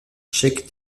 cheikh